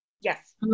Yes